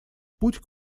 путь